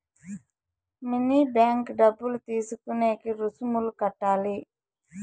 mini bank డబ్బులు తీసుకునేకి రుసుములు కట్టాలి